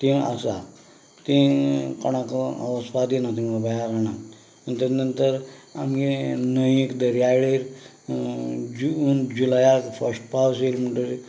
ती आसा ती कोणाक वचपाक दिनात तिंगा अभ्यारण्याक आनी ताज्या नंतर आमगें न्हंयेक दर्यावेळेक जून जुलयाक फस्ट पावस येयलो म्हणटगीर